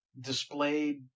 displayed